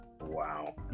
Wow